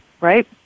Right